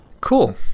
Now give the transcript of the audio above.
Cool